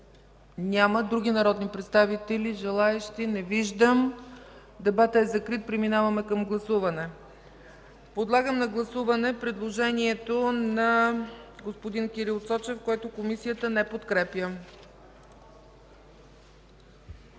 Няма. Други народни представители, желаещи да вземат думата? Не виждам. Дебатът е закрит. Преминаваме към гласуване. Подлагам на гласуване предложението на господин Кирил Цочев, което Комисията не подкрепя.